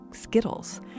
Skittles